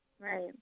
Right